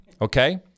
Okay